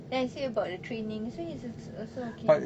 then I say about the training so he's also okay